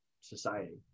society